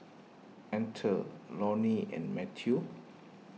Arthor Lollie and Mathews